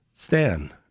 Stan